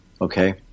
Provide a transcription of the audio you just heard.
okay